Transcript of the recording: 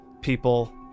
people